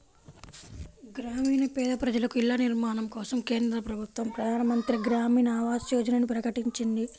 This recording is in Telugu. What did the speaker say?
గ్రామీణ పేద ప్రజలకు ఇళ్ల నిర్మాణం కోసం కేంద్ర ప్రభుత్వం ప్రధాన్ మంత్రి గ్రామీన్ ఆవాస్ యోజనని ప్రకటించింది